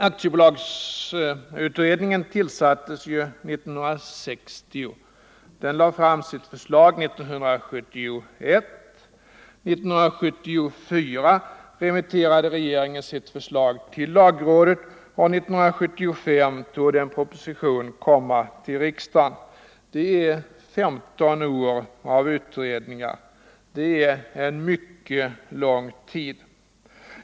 Aktiebolagsutredningen tillsattes ju 1960. Den lade fram sitt förslag 1971. År 1974 remitterade regeringen sitt förslag till lagrådet, och 1975 torde en proposition komma till riksdagen. Det är 15 år av utredningar, det är en mycket lång tid.